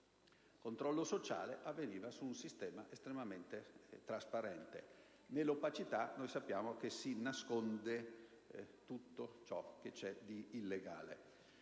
Il controllo sociale avveniva su un sistema estremamente trasparente. Nell'opacità sappiamo che si nasconde tutto ciò che è illegale.